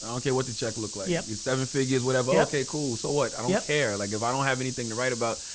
i don't care what the check look like. yeah it's seven figures, whatever, okay cool, so what? i don't yeah care. like if i don't have anything to write about,